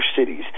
cities